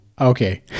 Okay